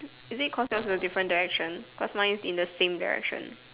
is it cause yours is different direction cause mine is in the same direction